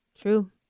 True